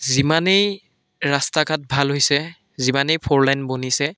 যিমানেই ৰাস্তা ঘাট ভাল হৈছে যিমানেই ফ'ৰ লাইন বনিছে